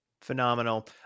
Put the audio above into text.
Phenomenal